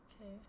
Okay